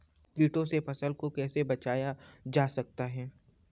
कीटों से फसल को कैसे बचाया जा सकता है?